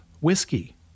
whiskey